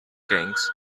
kings